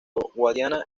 guadiana